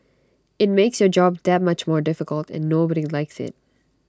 IT makes your job that much more difficult and nobody likes IT